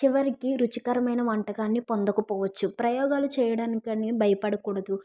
చివరికి రుచికరమైన వంటకాన్ని పొందకపోవచ్చు ప్రయోగాలు చేయడానికి కాని భయపడకూడదు